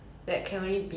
I don't know